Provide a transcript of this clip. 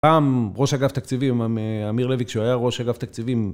פעם, ראש אגף תקציבים, עמיר לוי, כשהוא היה ראש אגף תקציבים...